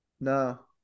No